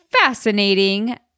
fascinating